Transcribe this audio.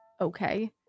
okay